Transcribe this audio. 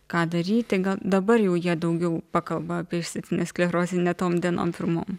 ką daryti gal dabar jau jie daugiau pakalba apie išsėtinę sklerozę ne tom dienom pirmom